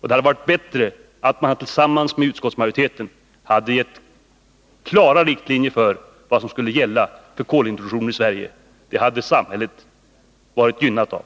Det hade varit bättre att man tillsammans med utskottsmajoriteten hade gett klara riktlinjer för vad som skall gälla för kolintroduktion i Sverige. Det hade samhället varit gynnat av.